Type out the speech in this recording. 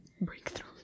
breakthrough